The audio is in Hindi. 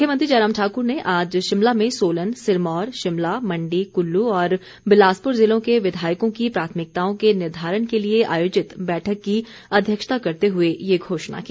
मुख्यमंत्री जयराम ठाकुर ने आज शिमला में सोलन सिरमौर शिमला मण्डी कुल्लू और बिलासपुर जिलों के विघायकों की प्राथमिकताओं के निर्धारण के लिए आयोजित बैठक की अध्यक्षता करते हुए ये घोषणा की